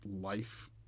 life